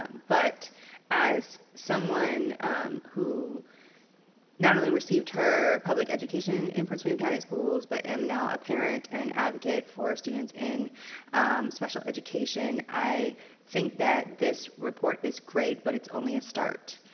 um but as someone who not only received her public education in prince william county schools but am now a parent and and advocate for students in special education, i think that this report is great but it's only a start.